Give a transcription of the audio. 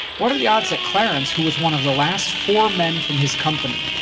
what are the odds that clarence, who was one of the last four men from his company,